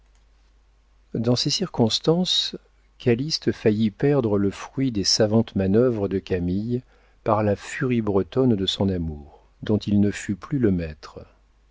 dans ces circonstances calyste faillit perdre le fruit des savantes manœuvres de camille par la furie bretonne de son amour dont il ne fut plus le maître